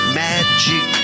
magic